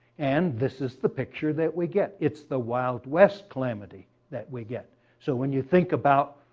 and this is the picture that we get. it's the wild west calamity that we get. so when you think about,